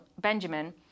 Benjamin